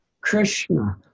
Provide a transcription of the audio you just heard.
Krishna